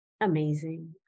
Amazing